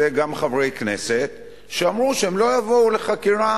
חברי כנסת שאמרו שהם לא יבואו לחקירה